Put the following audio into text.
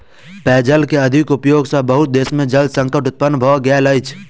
पेयजल के अधिक उपयोग सॅ बहुत देश में जल संकट उत्पन्न भ गेल अछि